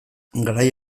garai